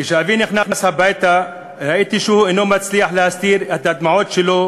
כשאבי נכנס הביתה ראיתי שהוא אינו מצליח להסתיר את הדמעות שלו,